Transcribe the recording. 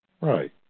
Right